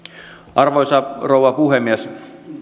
arvoisa rouva puhemies